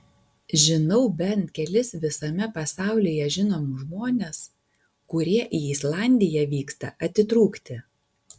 žinau bent kelis visame pasaulyje žinomus žmones kurie į islandiją vyksta atitrūkti